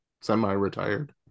semi-retired